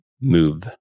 move